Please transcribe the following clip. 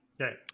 okay